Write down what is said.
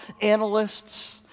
analysts